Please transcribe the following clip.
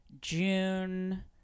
June